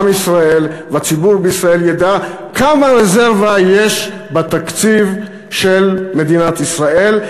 עם ישראל והציבור בישראל ידעו כמה רזרבה יש בתקציב של מדינת ישראל.